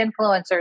influencers